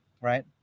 Right